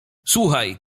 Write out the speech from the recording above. słuchaj